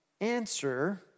answer